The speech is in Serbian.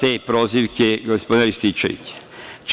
te prozivke gospodina Rističevića.